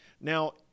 Now